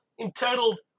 entitled